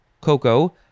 Coco